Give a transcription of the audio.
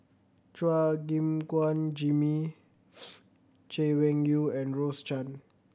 Chua Gim Guan Jimmy Chay Weng Yew and Rose Chan